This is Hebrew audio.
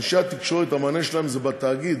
אנשי התקשורת, המענה שלהם זה בתאגיד.